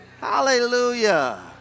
Hallelujah